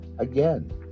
again